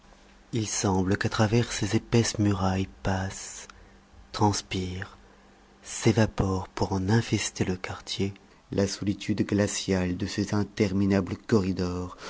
il semble qu'à travers ses épaisses murailles passe transpire s'évapore pour en infester le quartier la solitude glaciale de ses interminables corridors